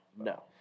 No